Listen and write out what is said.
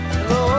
Hello